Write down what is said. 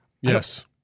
Yes